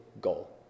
goal